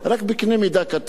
רק בקנה מידה קטן.